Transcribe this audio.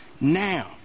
now